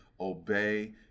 obey